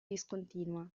discontinua